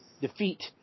defeat